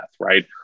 right